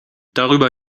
darüber